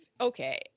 okay